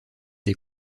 des